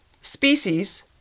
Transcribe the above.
species